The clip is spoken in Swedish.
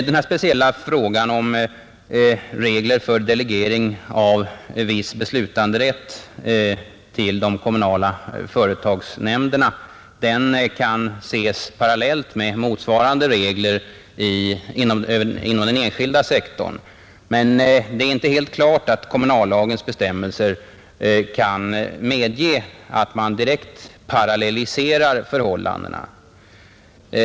Denna speciella fråga om regler för delegering av viss beslutanderätt till de kommunala företagsnämnderna kan ses parallellt med motsvarande regler inom den enskilda sektorn. Men det är inte helt klart att kommunallagens bestämmelser kan medge att man direkt parallelliserar förhållandena.